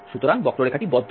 সুতরাং বক্ররেখাটি বদ্ধ